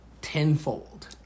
tenfold